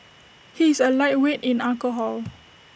he is A lightweight in alcohol